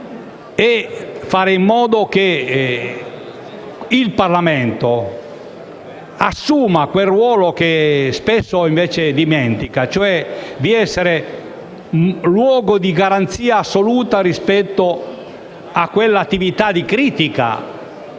e fare in modo che il Parlamento assuma quel ruolo che spesso invece dimentica, e cioè essere luogo di garanzia assoluta rispetto a quell'attività di critica